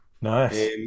Nice